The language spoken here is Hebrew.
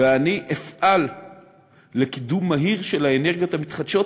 ואני אפעל לקידום מהיר של האנרגיות המתחדשות,